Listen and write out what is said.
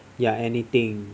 ya anything